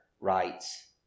writes